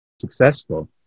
successful